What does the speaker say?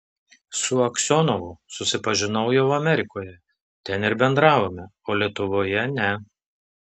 su aksionovu susipažinau jau amerikoje ten ir bendravome o lietuvoje ne